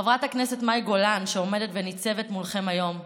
חברת הכנסת מאי גולן, שעומדת וניצבת מולכם היום,